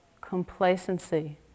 complacency